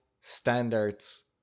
standards